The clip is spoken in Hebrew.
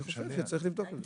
אני חושב שצריך לבדוק את זה.